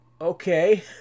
Okay